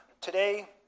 Today